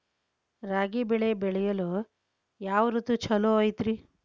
ರಾಗಿ ಬೆಳೆ ಬೆಳೆಯಲು ಯಾವ ಋತು ಛಲೋ ಐತ್ರಿ?